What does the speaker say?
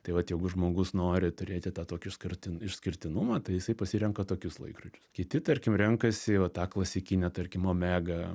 tai vat jeigu žmogus nori turėti tą tokį išskir išskirtinumą tai jisai pasirenka tokius laikrodžius kiti tarkim renkasi va tą klasikinę tarkim omegą